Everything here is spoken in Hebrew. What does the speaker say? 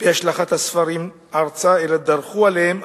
בהשלכת הספרים ארצה אלא דרכו עליהם,